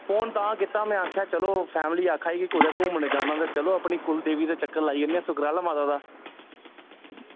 phone तां कीता में आखेआ चलो फैमिली आखा दी कुदै घूमने जाना ते चलो अपनी कुल देवी दा चक्कर लाई आन्ने आं सुकराला माता दा